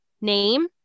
name